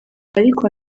ariko